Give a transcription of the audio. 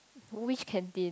which canteen